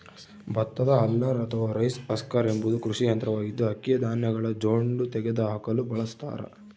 ಭತ್ತದ ಹಲ್ಲರ್ ಅಥವಾ rice husker ಎಂಬುದು ಕೃಷಿ ಯಂತ್ರವಾಗಿದ್ದು, ಅಕ್ಕಿಯ ಧಾನ್ಯಗಳ ಜೊಂಡು ತೆಗೆದುಹಾಕಲು ಬಳಸತಾರ